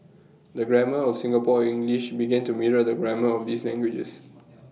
the grammar of Singaporean English began to mirror the grammar of these languages